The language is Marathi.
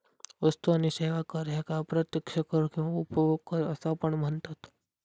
वस्तू आणि सेवा कर ह्येका अप्रत्यक्ष कर किंवा उपभोग कर असा पण म्हनतत